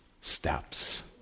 steps